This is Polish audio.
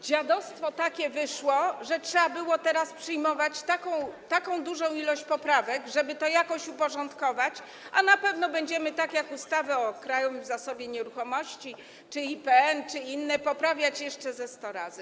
Dziadostwo takie wyszło, że trzeba było teraz przyjmować taką dużą ilość poprawek, żeby to jakoś uporządkować, a i tak na pewno będziemy - tak jak ustawę o Krajowym Zasobie Nieruchomości czy ustawę o IPN, czy inne - poprawiać to jeszcze ze sto razy.